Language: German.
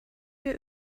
wir